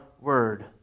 word